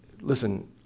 listen